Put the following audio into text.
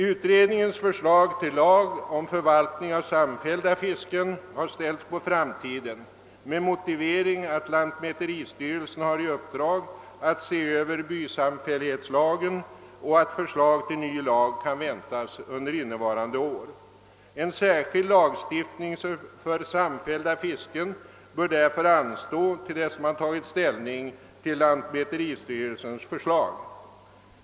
Utredningens förslag till lag om förvaltning av samfällda fisken har ställts på framtiden med motiveringen att lantmäteristyrelsen har i uppdrag att se över bysamfällighetslagen och att förslag till ny lag kan väntas under innevarande år. En särskild lagstiftning för samfällda fisken bör därför anstå till dess man tagit ställning till lantmäteristyrelsens förslag.